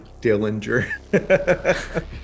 Dillinger